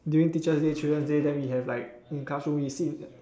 during teacher's day children's day then we have like in classroom we sit